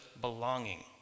belonging